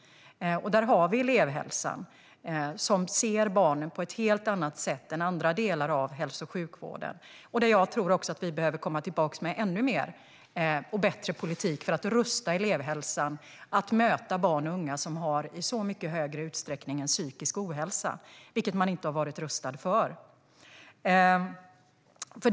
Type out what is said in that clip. Där har vi elevhälsan, som ser barnen på ett helt annat sätt än andra delar av hälso och sjukvården. Jag tror att vi behöver komma tillbaka med ännu mer och bättre politik för att rusta elevhälsan för att möta barn och unga som i så mycket högre utsträckning har psykisk ohälsa. Detta har man nämligen inte varit rustad för.